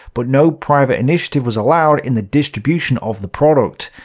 but no private initiative was allowed in the distribution of the product.